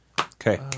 Okay